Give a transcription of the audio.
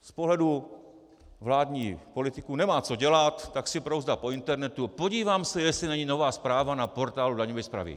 Z pohledu vládních politiků nemá, co dělat, tak si brouzdá po internetu: Podívám se, jestli není nová zpráva na portálu daňové správy.